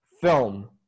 film